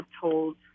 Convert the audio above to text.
told